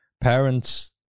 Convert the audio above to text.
parents